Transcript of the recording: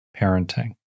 parenting